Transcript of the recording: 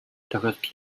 тохиолдол